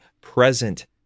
present